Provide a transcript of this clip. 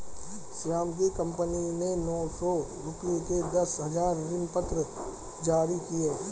श्याम की कंपनी ने सौ रुपये के दस हजार ऋणपत्र जारी किए